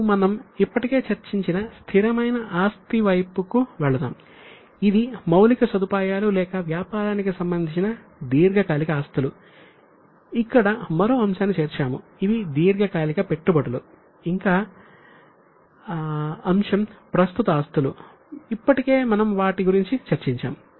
ఇప్పుడు మనం ఇప్పటికే చర్చించిన స్థిరమైన ఆస్తి ఇప్పటికీ మనం వాటి గురించి చర్చించాం